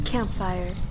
Campfire